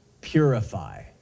purify